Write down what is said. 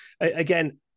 again